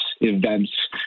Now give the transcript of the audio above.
events